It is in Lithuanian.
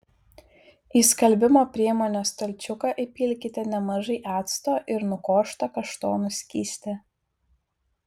į skalbimo priemonės stalčiuką įpilkite nemažai acto ir nukoštą kaštonų skystį